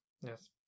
yes